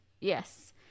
yes